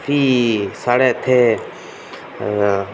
भी साढे इत्थै